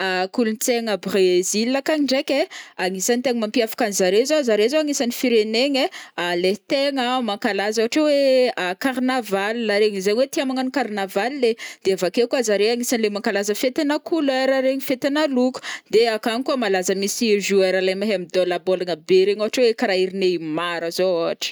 Kolontsaigna Bresil akagny ndraiky ai, agnisany tegna mampiavaka zare zao-zare zao agnisany firenegna ai, le tegna mankalaza ôhatra oe carnaval regny zay oe tia magnano carnaval é de avake koa zare agnisany le mankalaza fetina couleur regny fetina loko de akagny koa malaza misy joueur le mahay midôla bôlagna be regny ôhatra oe kara ery Neymar zao ôhatra.